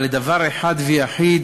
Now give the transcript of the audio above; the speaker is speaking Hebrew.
אבל לדבר אחד ויחיד